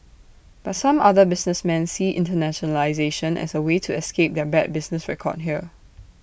but some other businessmen see internationalisation as A way to escape their bad business record here